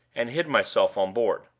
and hid myself on board.